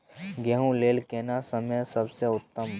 गेहूँ लेल केना समय सबसे उत्तम?